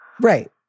Right